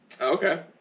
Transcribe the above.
Okay